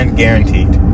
guaranteed